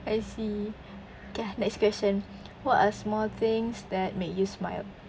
I see okay ah next question what are small things that make you smile